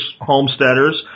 homesteaders